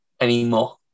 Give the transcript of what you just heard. anymore